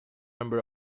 number